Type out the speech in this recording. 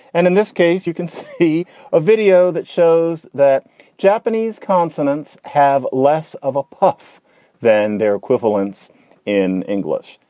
and in this case, you can see a video that shows that japanese consonants have less of a puff than their equivalents in english.